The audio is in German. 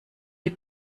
die